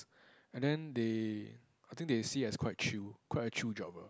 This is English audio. and then they I think they see as quite chill quite a chill job lah